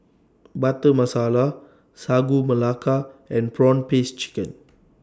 Butter Masala Sagu Melaka and Prawn Paste Chicken